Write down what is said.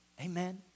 Amen